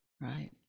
Right